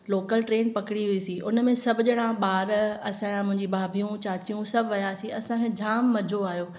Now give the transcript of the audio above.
local train पकिड़ी हुईसीं उनमें सभु ॼणा बार असां मुंहिंजी भाभियूं चाचियूं सभु वियासीं असांखें जाम मजो आयो